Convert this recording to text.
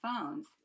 phones